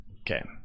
okay